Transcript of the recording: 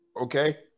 Okay